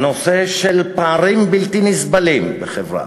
הנושא של פערים בלתי נסבלים בחברה,